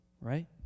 right